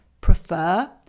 prefer